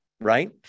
right